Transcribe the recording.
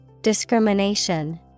Discrimination